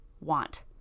want